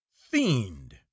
fiend